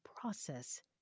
process